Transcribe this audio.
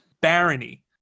Barony